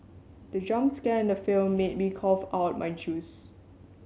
the jump scare in the film made me cough out my juice